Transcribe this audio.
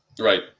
Right